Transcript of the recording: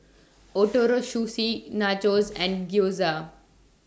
Ootoro Sushi Nachos and Gyoza